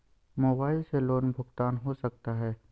Mobile से loan भुगतान हो सकता है?